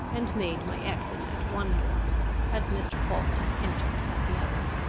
and made my exit at one door as mr. falkland entered at the other.